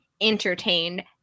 entertained